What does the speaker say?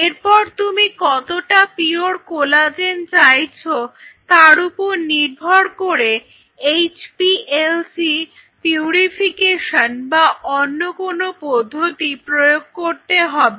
এরপর তুমি কতটা পিওর কোলাজেন চাইছো তার উপর নির্ভর করে এইচপিএলসি পিউরিফিকেশন বা অন্য কোনো পদ্ধতি প্রয়োগ করতে পারো